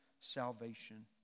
salvation